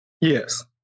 Yes